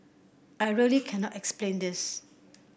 I really cannot explain this